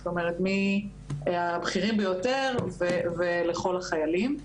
זאת אומרת מהבכירים ביותר ולכל החיילים.